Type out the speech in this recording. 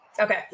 Okay